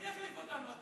מי יחליף אותנו?